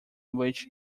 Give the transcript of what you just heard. which